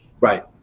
Right